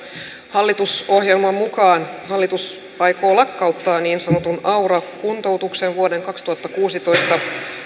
hallitusohjelman mukaan hallitus aikoo lakkauttaa niin sanotun aura kuntoutuksen vuoden kaksituhattakuusitoista